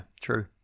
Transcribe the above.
true